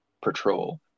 Patrol